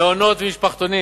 מעונות ומשפחתונים,